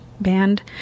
band